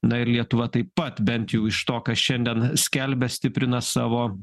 na ir lietuva taip pat bent jau iš to ką šiandien skelbia stiprina savo